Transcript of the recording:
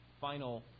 final